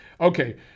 Okay